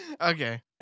Okay